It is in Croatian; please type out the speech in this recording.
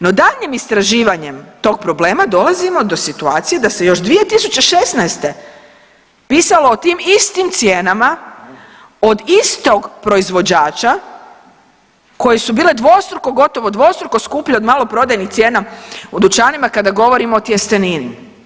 No daljnjim istraživanjem tog problema dolazimo do situacije da se još 2016. pisalo o tim istim cijenama od istog proizvođača koje su bile dvostruko, gotovo dvostruko skuplje od maloprodajnih cijena u dućanima kada govorimo o tjestenini.